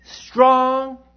Strong